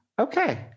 Okay